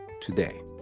today